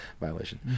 violation